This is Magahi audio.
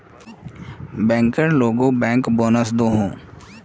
बैंकर लोगोक बैंकबोनस दोहों